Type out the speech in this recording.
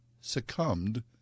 succumbed